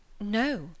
No